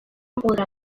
podrá